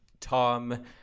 Tom